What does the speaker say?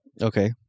Okay